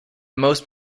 most